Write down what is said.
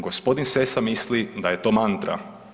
Gospodin Sessa misli da je to mantra.